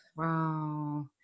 wow